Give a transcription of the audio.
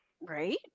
Right